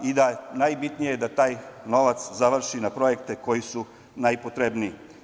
Najbitnije je da taj novac završi na projekte koji su najpotrebniji.